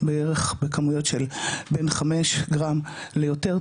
בערך בכמויות של בין חמש גרם ליותר,